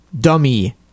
dummy